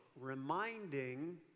reminding